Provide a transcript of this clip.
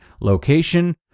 location